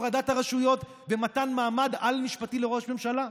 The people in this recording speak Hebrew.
הפרדת הרשויות ומתן מעמד על-משפטי לראש ממשלה?